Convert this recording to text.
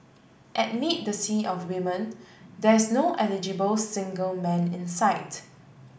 amid the sea of women there's no eligible single man in sight